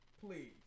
please